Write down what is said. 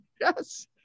Yes